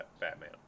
Batman